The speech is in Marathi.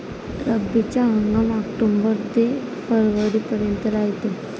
रब्बीचा हंगाम आक्टोबर ते फरवरीपर्यंत रायते